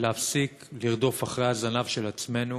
להפסיק לרדוף אחרי הזנב של עצמנו